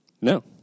No